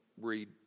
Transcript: Read